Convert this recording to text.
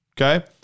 Okay